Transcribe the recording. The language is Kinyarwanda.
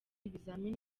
ibizamini